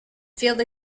field